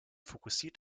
fokussiert